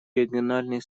региональное